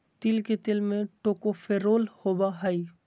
तिल के तेल में टोकोफेरोल होबा हइ